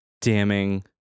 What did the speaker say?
damning